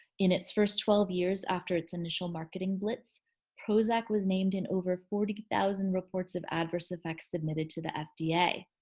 in its first twelve years after its initial marketing blitz prozac was named in over forty thousand reports of adverse effects submitted to the fda. yeah